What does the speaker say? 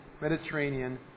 Mediterranean